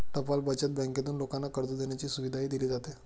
टपाल बचत बँकेत लोकांना कर्ज देण्याची सुविधाही दिली जाते